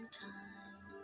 time